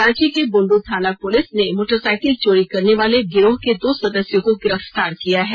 रांची के बुंडू थाना police motorcycle चोरी करने वाले गिरोह के दो सदस्यों को गिरफ्तार किया है